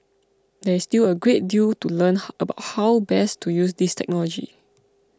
there is still a great deal to learn about how best to use this technology